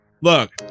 look